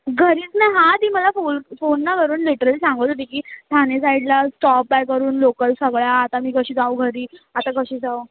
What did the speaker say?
घरीच नाही हां ती मला फोन फोन ना करून लिटरली सांगत होती की ठाणे साईडला स्टॉप आहे करून लोकल सगळ्या आता मी कशी जाऊ घरी आता कशी जाऊ